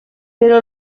però